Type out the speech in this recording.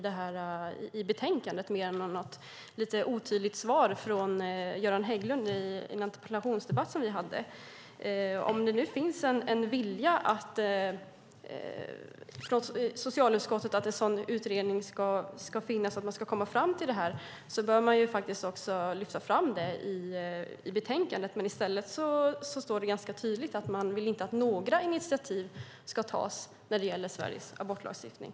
Det finns bara ett otydligt svar från Göran Hägglund i en interpellationsdebatt som vi hade. Om det finns en vilja i socialutskottet att en sådan utredning ska finnas och att man ska komma fram till detta bör man också lyfta fram det i betänkandet, men i stället står det ganska tydligt att man inte vill att några initiativ ska tas när det gäller Sveriges abortlagstiftning.